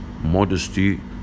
modesty